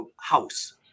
house